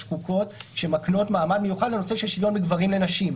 יש חוקות שמקנות מעמד מיוחד לנושא של שוויון בין גברים לנשים,